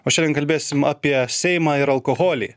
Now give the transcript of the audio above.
o šiandien kalbėsim apie seimą ir alkoholį